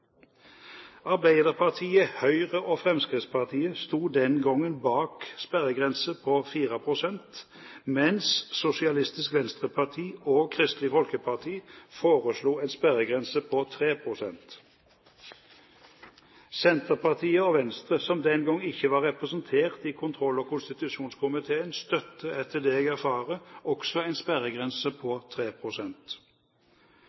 Arbeiderpartiet, Høyre og Fremskrittspartiet sto den gangen bak en sperregrense på 4 pst., mens Sosialistisk Venstreparti og Kristelig Folkeparti foreslo en sperregrense på 3 pst. Senterpartiet og Venstre, som den gang ikke var representert i kontroll- og konstitusjonskomiteen, støttet, etter det jeg erfarer, også en sperregrense